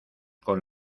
con